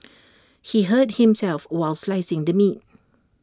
he hurt himself while slicing the meat